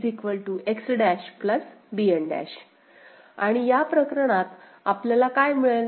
Bn' KA X' Bn' आणि या प्रकरणात आपल्याला काय मिळेल